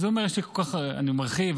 הוא אומר: אני מרחיב,